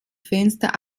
fenster